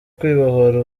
kwibohora